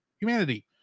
humanity